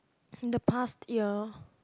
in the past year